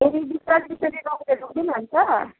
ए बिस्तारै बिस्तारै रोक्दै रोक्दै लान्छ